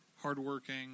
hardworking